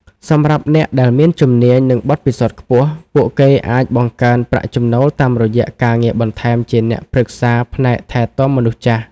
សម្រាប់អ្នកដែលមានជំនាញ និងបទពិសោធន៍ខ្ពស់ ពួកគេអាចបង្កើនប្រាក់ចំណូលតាមរយៈការងារបន្ថែមជាអ្នកប្រឹក្សាផ្នែកថែទាំមនុស្សចាស់។